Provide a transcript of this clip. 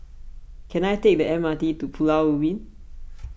can I take the M R T to Pulau Ubin